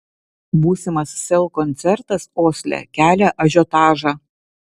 būsimas sel koncertas osle kelia ažiotažą